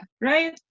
Right